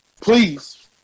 please